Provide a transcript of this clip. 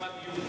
למען הדיוק.